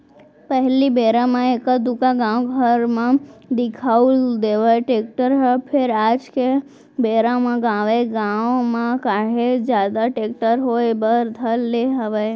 पहिली बेरा म एका दूका गाँव घर म दिखउल देवय टेक्टर ह फेर आज के बेरा म गाँवे गाँव म काहेच जादा टेक्टर होय बर धर ले हवय